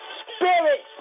spirit